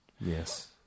Yes